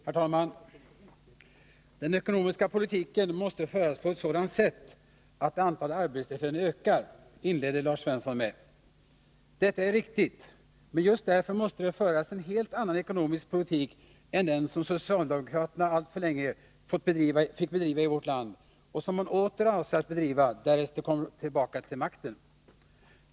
Herr talman! Den ekonomiska politiken måste föras på ett sådant sätt att antalet arbetstillfällen ökar, inledde Lars Svensson med att säga. Det är riktigt, men just därför måste det föras en helt annan ekonomisk politik än den som socialdemokraterna alltför länge fick bedriva i vårt land och som de åter avser att bedriva om de kommer tillbaka till makten.